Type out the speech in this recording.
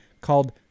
called